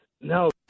No